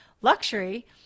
luxury